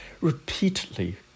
Repeatedly